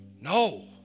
no